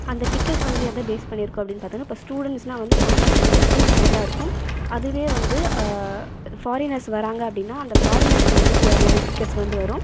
அந்த டிக்கெட் வந்து எதை பேஸ் பண்ணி இருக்கும்னு அப்படினு பார்த்தோம்னா இப்போ ஸ்டுடென்ட்ஸ்லாம் சம்டைம்ஸ் வந்து ஃப்ரீ டிக்கெட்டாக இருக்கும் அதுவே வந்து ஃபாரினர்ஸ் வராங்க அப்படினா அந்த ஃபாரினர்ஸ்க்கு வந்து தேவையான டிக்கெட்ஸ் வந்து வரும்